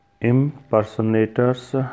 impersonators